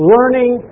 Learning